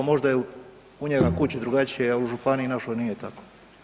Možda je u njega kući drugačije, u županiji našoj nije tako.